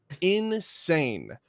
insane